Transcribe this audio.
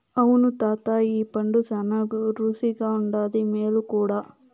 అవును తాతా ఈ పండు శానా రుసిగుండాది, మేలు కూడా